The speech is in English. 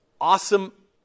awesome